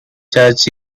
church